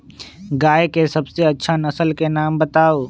गाय के सबसे अच्छा नसल के नाम बताऊ?